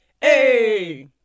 Hey